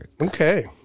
Okay